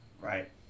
right